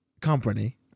company